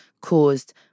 caused